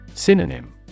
Synonym